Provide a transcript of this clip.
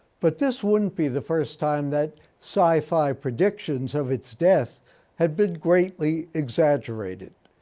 but this wouldn't be the first time that sci-fi predictions of its death had been greatly exaggerated.